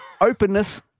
openness